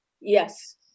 Yes